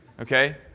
okay